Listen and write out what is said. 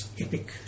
epic